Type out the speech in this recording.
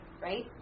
right